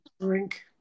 drink